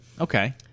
okay